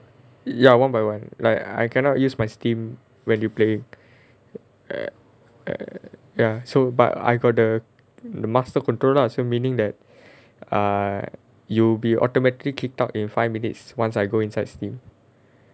ya one by one like I cannot use my Steam when you play err ya so but I got the the master control lah so meaning that err you'll be automatically kicked out in five minutes once I go inside Steam